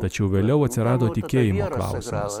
tačiau vėliau atsirado tikėjime razas